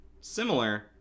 similar